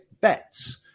bets